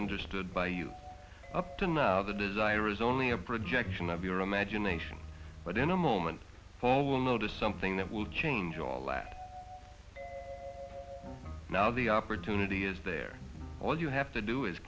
understood by you up to now the desire is only a projection of your imagination but in a moment all will notice something that will change all that now the opportunity is there all you have to do is